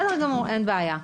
בסדר גמור, אין בעיה.